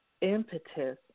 impetus